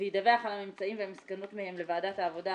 וידווח על הממצאים והמסקנות מהם לוועדת העבודה,